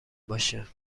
باشه